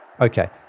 Okay